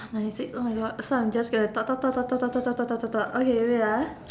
ninety six oh my god so I am just going to talk talk talk talk talk talk talk talk okay wait ah